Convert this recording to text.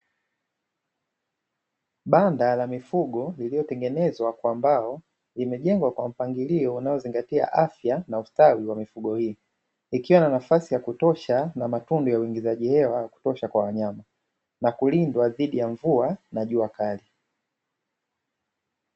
Banda la mifugo lililotengenezwa kwa mbao, limejengwa kwa mpangilio unaozingatia afya na ustawi wa mifugo hiyo, likiwa na nafasi ya kutosha na matundu ya uingizaji hewa ya kutosha kwa wanyama na kulindwa dhidi ya mvua na jua kali.